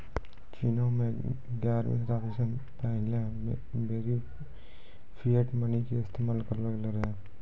चीनो मे ग्यारहवीं शताब्दी मे पहिला बेरी फिएट मनी के इस्तेमाल करलो गेलो रहै